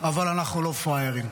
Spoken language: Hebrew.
אבל אנחנו לא פראיירים.